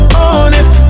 honest